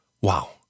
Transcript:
Wow